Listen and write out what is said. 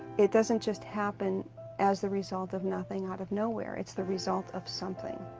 it doesn't just happen as the result of nothing out of nowhere. it's the result of something.